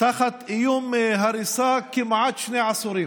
תחת איום הריסה כמעט שני עשורים.